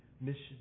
mission